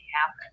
happen